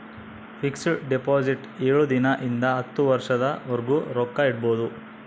fix deposit ಏಳು ದಿನ ಇಂದ ಹತ್ತು ವರ್ಷದ ವರ್ಗು ರೊಕ್ಕ ಇಡ್ಬೊದು